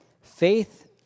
Faith